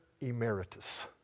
emeritus